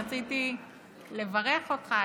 רציתי לברך אותך,